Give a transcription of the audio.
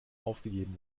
aufgegeben